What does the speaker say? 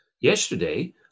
yesterday